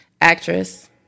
Actress